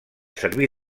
servir